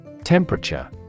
Temperature